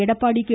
Edappadi K